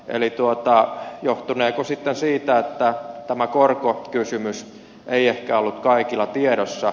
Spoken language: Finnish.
eli johtuneeko se sitten siitä että tämä korkokysymys ei ehkä ollut kaikilla tiedossa